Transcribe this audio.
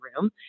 room